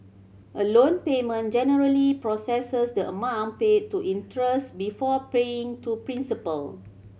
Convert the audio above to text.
a loan payment generally processes the amount paid to interest before paying to principal